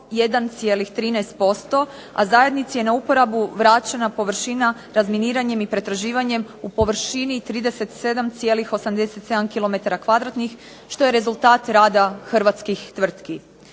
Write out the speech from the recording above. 101,13%, a zajednici je na uporabu vraćena površina razminiranjem i pretraživanjem u površini 37,87 km kvadratnih što je rezultat rada hrvatskih tvrtki.